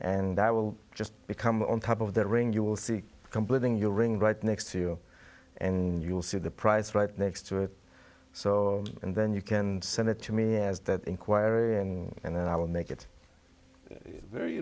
and that will just become on top of that ring you will see completing your ring right next to you and you'll see the price right next to it so and then you can send it to me as that inquiry and then i will make it very